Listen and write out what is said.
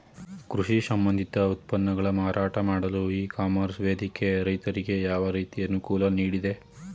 ಕೃಷಿ ಸಂಬಂಧಿತ ಉತ್ಪನ್ನಗಳ ಮಾರಾಟ ಮಾಡಲು ಇ ಕಾಮರ್ಸ್ ವೇದಿಕೆ ರೈತರಿಗೆ ಯಾವ ರೀತಿ ಅನುಕೂಲ ನೀಡಿದೆ?